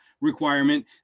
requirement